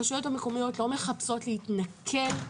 הרשויות המקומיות לא מחפשות להתנכל.